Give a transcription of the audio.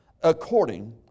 according